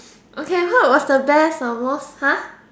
okay what was the best or most !huh!